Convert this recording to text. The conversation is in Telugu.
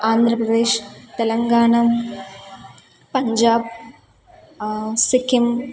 ఆంధ్రప్రదేశ్ తెలంగాణా పంజాబ్ సిక్కిం